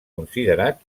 considerat